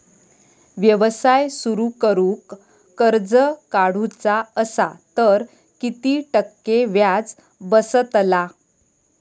व्यवसाय सुरु करूक कर्ज काढूचा असा तर किती टक्के व्याज बसतला?